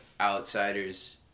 outsiders